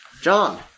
John